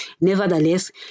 Nevertheless